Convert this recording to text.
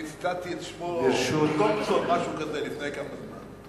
אני ציטטתי את שמו לפני כמה זמן.